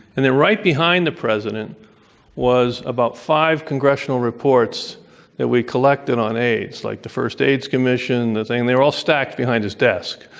and then right behind the president was about five congressional reports that we collected on aids, like the first aids commission, the thing they're all stacked behind his desk.